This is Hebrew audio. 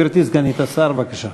גברתי סגנית השר, בבקשה.